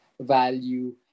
value